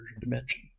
dimension